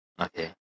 Okay